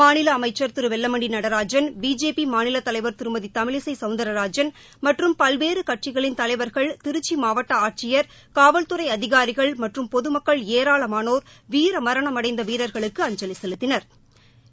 மாநில அமைச்ச் திரு வெல்லமண்டி நடராஜன் பிஜேபி மாநில தலைவர் திருமதி தமிழிசை சௌந்தாராஜன் மற்றும் பல்வேறு கட்சிகளின் தலைவா்கள் திருச்சி மாவட்ட ஆட்சியர் காவல்துறை அதிகாிகள் மற்றும் பொதுமக்கள் ஏராளமானோா் வீரமரணமடந்த வீரா்களுக்கு அஞ்சவி செலுத்தினா்